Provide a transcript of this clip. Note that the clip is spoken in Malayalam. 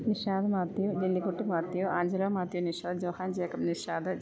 നിഷാദ് മാത്യു ലില്ലിക്കുട്ടി മാത്യു ആഞ്ജലോ മാത്യു നിഷാദ് ജോഹാൻ ജേക്കബ് നിഷാദ്